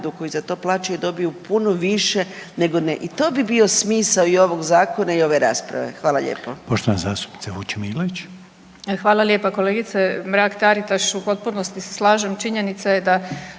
koju za to plaćaju dobiju puno više nego neki. I to bi bio smisao i ovog zakona i ove rasprave. Hvala lijepo.